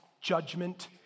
judgment